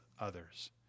others